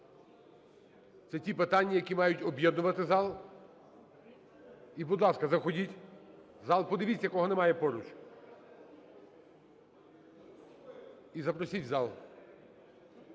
Це ті питання, які мають об'єднувати зал. І, будь ласка, заходьте в зал. Подивіться, кого немає поруч. І запросіть в зал.